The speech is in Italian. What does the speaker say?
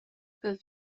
per